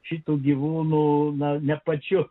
šitų gyvūnų būna ne pačiu